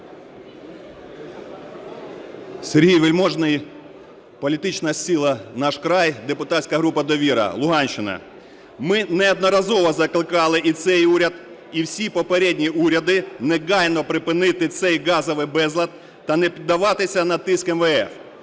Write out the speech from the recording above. Сергій Вельможний, політична сила "Наш край", депутатська група "Довіра", Луганщина. Ми неодноразово закликали і цей уряд, і всі попередні уряди негайно припинити цей газовий безлад та не піддаватися на тиск МВФ,